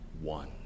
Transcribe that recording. one